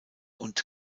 und